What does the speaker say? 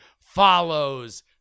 follows